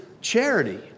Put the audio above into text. charity